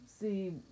see